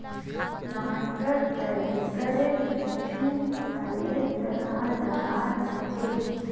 planter ट्रैक्टरेर पीछु हलेर तरह लगाल रह छेक